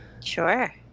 Sure